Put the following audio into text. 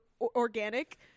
organic